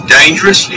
dangerous